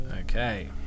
Okay